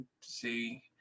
see